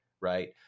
Right